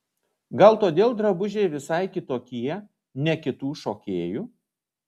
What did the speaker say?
gal todėl drabužiai visai kitokie ne kitų šokėjų